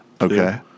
Okay